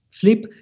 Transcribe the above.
flip